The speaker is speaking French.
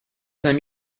cinq